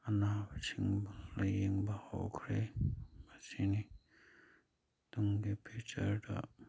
ꯑꯅꯥꯕꯁꯤꯡꯕꯨ ꯂꯥꯏꯌꯦꯡꯕ ꯍꯧꯈ꯭ꯔꯦ ꯃꯁꯤꯅꯤ ꯇꯨꯡꯒꯤ ꯐꯤꯎꯆꯔꯗ